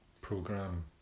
program